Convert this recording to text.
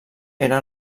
era